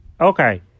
Okay